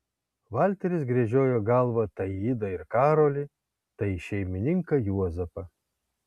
valteris gręžiojo galvą tai į idą ir karolį tai į šeimininką juozapą